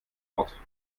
ort